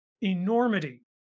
enormity